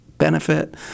benefit